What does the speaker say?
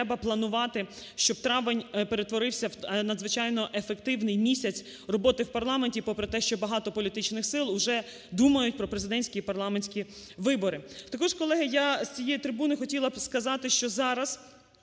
треба планувати, щоб травень перетворився в надзвичайно ефективний місяць роботи в парламенті попри те, що багато політичних сил уже думають про президентські і парламентські вибори. Також, колеги, я з цієї трибуни хотіла б сказати, що зараз